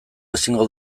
ezingo